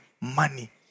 money